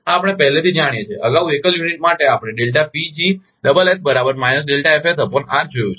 આ આપણે પહેલેથી જાણીએ છીએ અગાઉ એકલ યુનિટ માટે આપણે જોયું છે